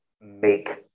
make